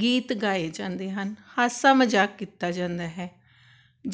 ਗੀਤ ਗਾਏ ਜਾਂਦੇ ਹਨ ਹਾਸਾ ਮਜ਼ਾਕ ਕੀਤਾ ਜਾਂਦਾ ਹੈ